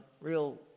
real